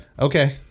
okay